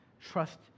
trust